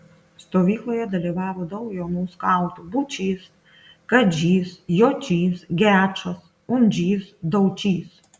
stovykloje dalyvavo daug jaunų skautų būčys kadžys jočys gečas undžys daučys